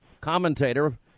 commentator